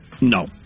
No